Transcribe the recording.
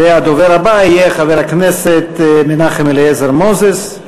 והדובר הבא יהיה חבר הכנסת מנחם אליעזר מוזס,